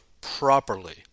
properly